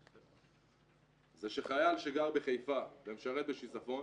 זה שחייל שגר בחיפה ומשרת בשיזפון